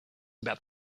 about